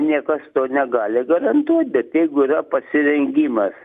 niekas to negali garantuot bet jeigu yra pasirengimas